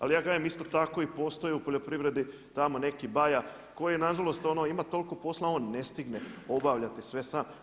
Ali ja kažem isto tako postoji u poljoprivredi tamo neki baja koji nažalost ima toliko posla, a on ne stigne obavljati sve sam.